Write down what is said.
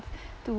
to